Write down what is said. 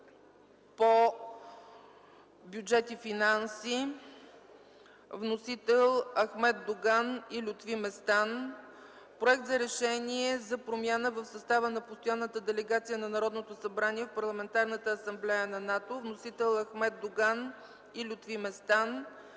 по бюджет и финанси. Вносители – Ахмед Доган и Лютви Местан. Проект за решение за промяна в състава на Постоянната делегация на Народното събрание в Парламентарната асамблея на НАТО. Вносители – Ахмед Доган и Лютви Местан.